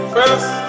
First